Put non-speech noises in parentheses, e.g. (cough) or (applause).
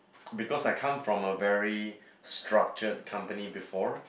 (noise) because I come from a very structured company before